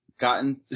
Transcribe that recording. gotten